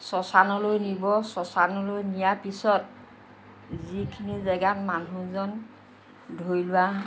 শশানলৈ নিব শশানলৈ নিয়াৰ পিছত যিখিনি জেগাত মানুহজন ধৰি লোৱা